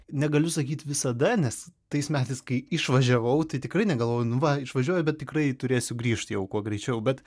negaliu sakyt visada nes tais metais kai išvažiavau tai tikrai negalvojau nu va išvažiuoju bet tikrai turėsiu sugrįžt jau kuo greičiau bet